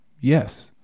yes